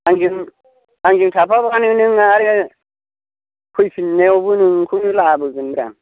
आंजों थाफाबानो नों आरो फैफिननायावबो नोंखौनो लाबोगोनब्रा